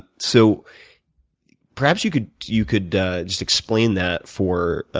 so perhaps you could you could just explain that for